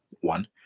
One